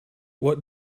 what